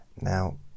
now